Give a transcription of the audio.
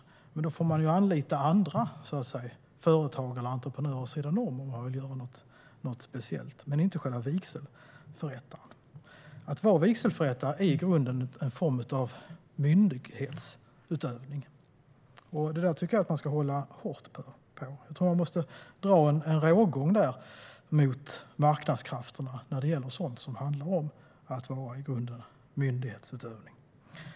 Om man vill göra något speciellt får man anlita andra företag eller entreprenörer vid sidan om, undantaget själva vigselförrättningen. Att vara vigselförrättare är i grunden en form av myndighetsutövning. Det tycker jag att man ska hålla hårt på. Man måste dra en rågång mot marknadskrafterna när det gäller sådant som i grunden är myndighetsutövning.